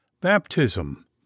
Baptism